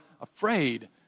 afraid